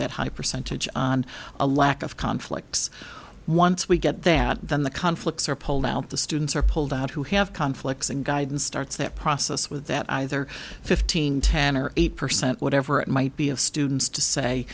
that high percentage on a lack of conflicts once we get that then the conflicts are pulled out the students are pulled out who have conflicts and guidance starts that process with that either fifteen ten or eight percent whatever it might be of students to say